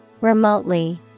Remotely